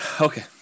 okay